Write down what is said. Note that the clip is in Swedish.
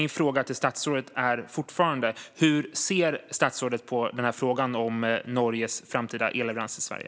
Min fråga till statsrådet är fortfarande: Hur ser statsrådet på frågan om Norges framtida elleveranser till Sverige?